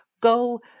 go